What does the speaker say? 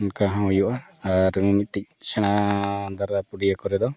ᱚᱱᱠᱟ ᱦᱚᱸ ᱦᱩᱭᱩᱜᱼᱟ ᱟᱨ ᱢᱤᱫᱴᱤᱡ ᱥᱮᱬᱟ ᱫᱷᱟᱨᱟ ᱯᱩᱲᱤᱭᱟᱹ ᱠᱚᱨᱮ ᱫᱚ